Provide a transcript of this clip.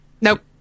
Nope